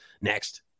next